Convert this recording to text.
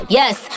yes